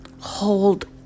hold